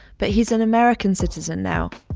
but he's an american citizen now.